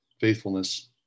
faithfulness